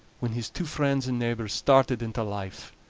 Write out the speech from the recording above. when his two friends and neighbors started into life.